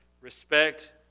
respect